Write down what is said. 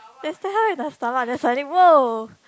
that's how in the stomach then suddenly !woah!